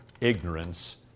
ignorance